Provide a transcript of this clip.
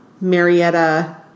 Marietta